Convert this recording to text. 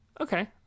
Okay